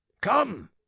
come